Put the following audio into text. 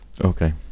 Okay